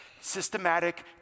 systematic